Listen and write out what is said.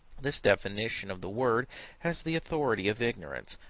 this definition of the word has the authority of ignorance,